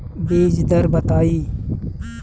बीज दर बताई?